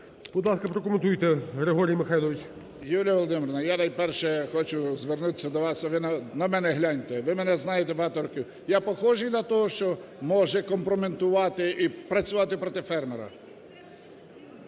ласка, прокоментуйте, Григорій Михайлович. 13:49:47 ЗАБОЛОТНИЙ Г.М. Юлія Володимирівна, я, найперше, хочу звернутися до вас. Ви на мене гляньте, ви мене знаєте багато років. Я похожій на того, що може компрометувати і працювати проти фермера?